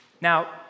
Now